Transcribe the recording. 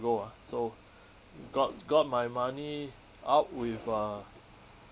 ago ah so got got my money out with uh